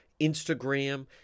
instagram